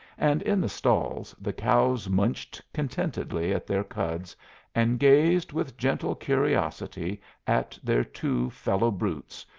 and in the stalls the cows munched contentedly at their cuds and gazed with gentle curiosity at their two fellow-brutes,